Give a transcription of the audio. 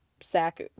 sack